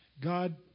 God